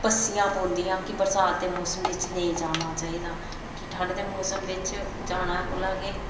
पस्सियां पौंदियां की बरसात दे मौसम बिच नेईं जाना चाहिदा की ठंड दे मौसम कोला जाना चाहिदा कि